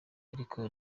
ariko